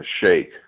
shake